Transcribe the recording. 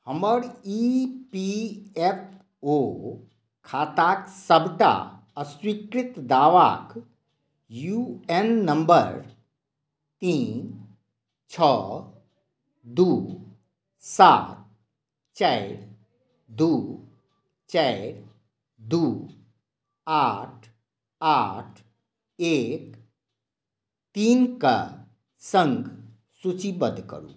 हमर E P F O खाताक सबटा अस्वीकृत दावाक यू एन नम्बर तीन छओ दू सात चारि दू चारि दू आठ आठ एक तीनके सङ्ग सूचिबद्ध करु